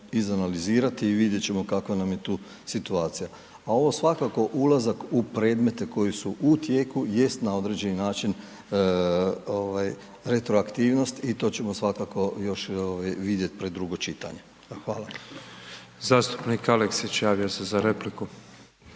izanalizirati i vidjet ćemo kakva nam je tu situacija a ovo svakako ulazak u predmete koji su u tijeku jest na određeni način retroaktivnost i to ćemo svakako još vidjet pred drugo čitanje, hvala. **Petrov, Božo (MOST)** Zastupnik Aleksić javio se za repliku.